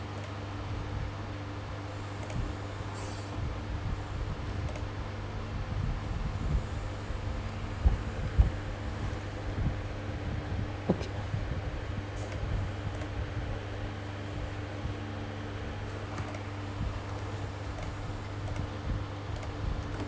okay